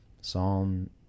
Psalm